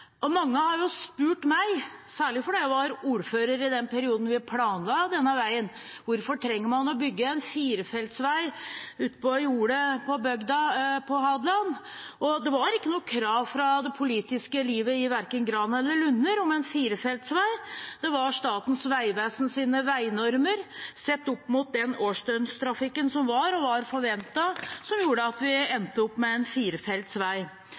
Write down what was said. Roa. Mange har spurt meg, særlig fordi jeg var ordfører i den perioden vi planla denne veien: Hvorfor trenger man å bygge en firefeltsvei ute på jordet, på bygda på Hadeland? Det var ikke noe krav fra det politiske livet i verken Gran eller Lunner om en firefeltsvei. Det var Statens vegvesens veinormer sett opp mot den årsdøgnstrafikken som var, og som var forventet, som gjorde at vi endte opp med en